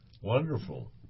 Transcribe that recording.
Wonderful